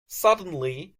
suddenly